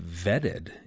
vetted